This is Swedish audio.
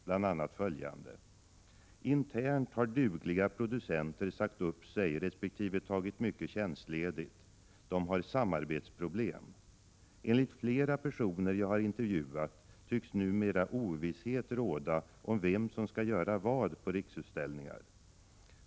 bl.a. följande: ”Internt har dugliga producenter sagt upp sig respektive tagit mycket — Prot. 1986/87:89 tjänstledigt. De har ”samarbetsproblem”. Enligt flera personer jag har 18 mars 1987 intervjuat tycks numera ovisshet råda om vem som skall göra vad på Riksutställningar.